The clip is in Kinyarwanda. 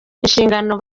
inshingano